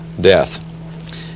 death